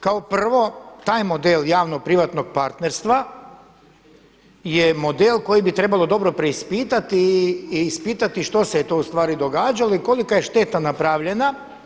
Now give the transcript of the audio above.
Kao prvo, taj model javno-privatnog partnerstva je model koji bi trebalo dobro preispitati i ispitati što se to ustvari događalo i kolika je šteta napravljena.